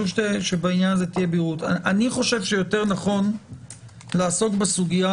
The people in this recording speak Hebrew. שתהיה בהירות אני חושב שיותר נכון לעסוק בסוגיה